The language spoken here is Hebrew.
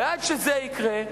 עד שזה יקרה,